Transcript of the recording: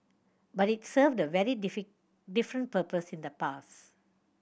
but it served a very different purpose in the past